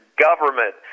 government